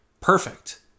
perfect